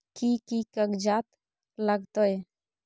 कि कि कागजात लागतै?